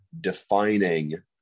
defining